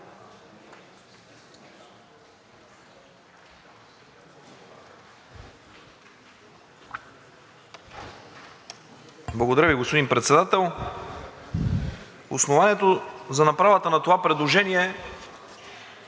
Благодаря Ви, господин Председател. Основанието за направата на това предложение е